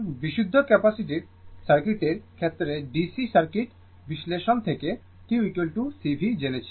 সুতরাং বিশুদ্ধ ক্যাপাসিটিভ সার্কিটের ক্ষেত্রে DC সার্কিট বিশ্লেষণ থেকে q C V জেনেছি